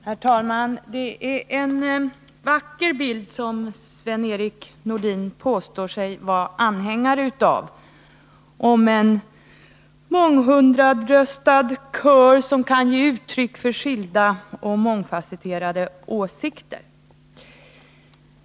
Herr talman! Det är en vacker bild som Sven-Erik Nordin påstår sig vara anhängare av: en månghundrastämmig kör som kan ge uttryck för skilda och mångfasetterade åsikter.